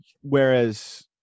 whereas